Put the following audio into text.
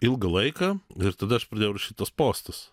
ilgą laiką ir tada aš pradėjau rašyt tuos postus